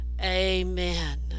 Amen